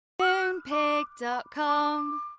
Moonpig.com